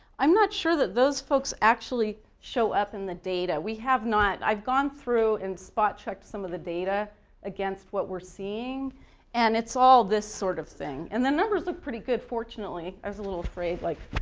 i'm not sure that those folks actually show up in the data. we have not i've gone through and spot-checked some of the data against what we're seeing and it's all this sort of thing. and the numbers look pretty good, fortunately. a little afraid like